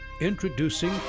Introducing